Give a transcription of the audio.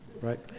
right